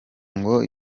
ngo